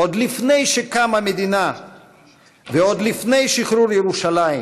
עוד לפני שקמה המדינה ועוד לפני שחרור ירושלים,